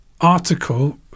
article